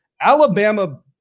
Alabama